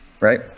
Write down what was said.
Right